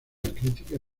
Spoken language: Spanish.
crítica